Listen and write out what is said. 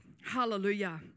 Hallelujah